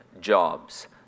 jobs